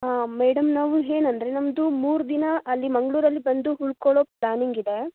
madam ನಾವು ಏನಂದ್ರೆ ನಮ್ಮದು ಮೂರು ದಿನ ಅಲ್ಲಿ ಮಂಗಳೂರಲ್ಲಿ ಬಂದು ಉಳ್ಕೊಳೊ ಪ್ಲ್ಯಾನಿಂಗ್ ಇದೆ